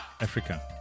Africa